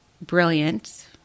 brilliant